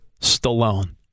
Stallone